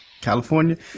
California